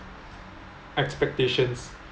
expectations